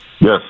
Yes